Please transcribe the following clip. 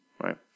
right